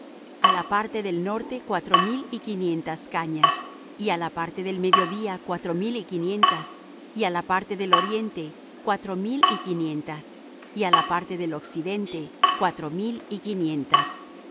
á la parte del norte cuatro mil y quinientas cañas y á la parte del mediodía cuatro mil y quinientas y á la parte del oriente cuatro mil y quinientas y á la parte del occidente cuatro mil y quinientas